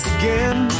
again